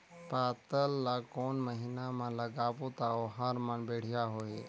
पातल ला कोन महीना मा लगाबो ता ओहार मान बेडिया होही?